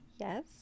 Yes